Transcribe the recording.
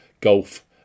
golf